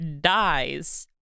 dies